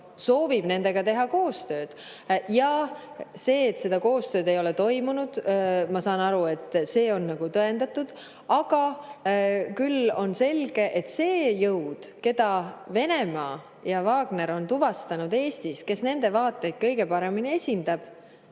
soovivad teha koostööd. See, et seda koostööd ei ole toimunud, ma saan aru, on nagu tõendatud, aga küll on selge, et see jõud, keda Venemaa ja Wagner on tuvastanud Eestis sellena, kes nende vaateid kõige paremini esindab,